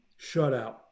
Shutout